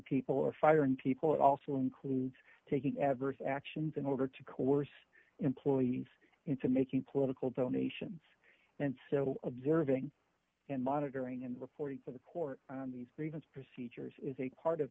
people or firing people it also includes taking adverse actions in order to coerce employees into making political donations and so observing and monitoring and reporting for the court on these grievance procedures is a part of